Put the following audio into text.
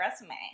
resume